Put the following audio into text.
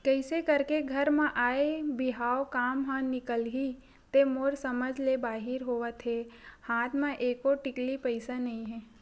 कइसे करके घर म आय बिहाव काम ह निकलही ते मोर समझ ले बाहिर होवत हे हात म एको टिकली पइसा नइ हे